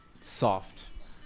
soft